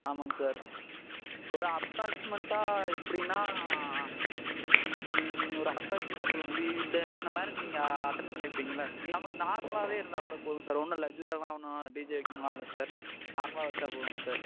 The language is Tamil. ஆமாங்க சார் ஒரு அப்ராக்ஸிமெட்டா எப்படின்னா ஒரு அப்ராக்ஸிமேட்டாக சொல்லுங்கள் இது இத்த இத்தனை மேரேஜ் நீங்கள் அட்டண்ட் பண்ணிருப்பீங்கள்ல நமக்கு நார்மலாகவே இருந்தால் கூட போதும் சார் ஒன்றும் இல்லை ஒன்றும் டிஜே வைக்கணும்னா இல்லை சார் நார்மலாக வச்சால் போதும் சார்